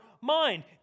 mind